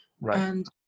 Right